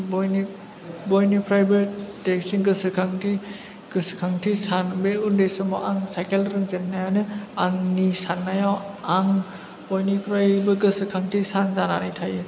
बयनि बयनिफ्रायबो देरसिन गोसोखांथि गोसोखांथि सान बे उन्दै समाव आं साइकेल रोंजेन्नायानो आंनि सान्नायाव आं बयनिफ्रायबो गोसोखांथि सान जानानै थायो